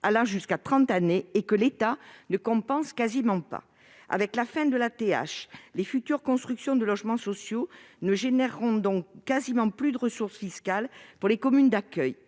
allant jusqu'à trente ans, et que l'État ne compense quasiment pas. Avec la fin de la taxe d'habitation, les futures constructions de logements sociaux ne produiront donc quasiment plus de ressources fiscales pour les communes d'accueil.